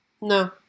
no